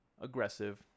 aggressive